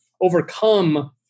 overcome